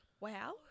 Wow